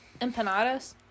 empanadas